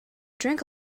drink